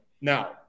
Now